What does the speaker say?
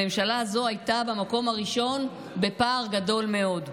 הממשלה הזו הייתה במקום הראשון, בפער גדול מאוד.